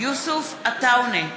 יוסף עטאונה,